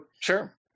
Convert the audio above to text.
Sure